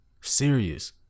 Serious